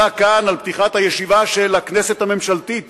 כאן על פתיחת הישיבה של הכנסת הממשלתית